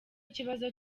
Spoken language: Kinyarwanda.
ikibazo